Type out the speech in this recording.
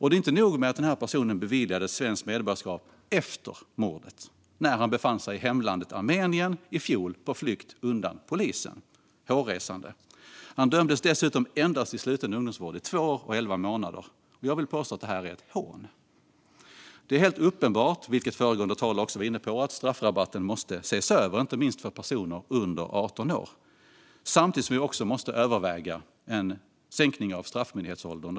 Det är inte nog med att personen beviljades svenskt medborgarskap efter mordet, när han i fjol befann sig i hemlandet Armenien på flykt undan polisen, vilket är hårresande. Han dömdes dessutom endast till sluten ungdomsvård i två år och elva månader. Jag vill påstå att detta är ett hån. Som föregående talare var inne på är det helt uppenbart att straffrabatten måste ses över, inte minst för personer under 18 år. Samtidigt måste vi överväga en sänkning av straffmyndighetsåldern.